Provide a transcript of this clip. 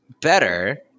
better